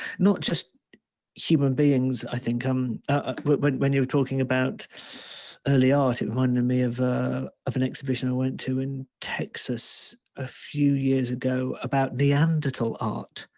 not just human beings, i think um ah but when you were talking about early art, it reminded me of of an exhibition i went to in texas a few years ago about neanderthal art.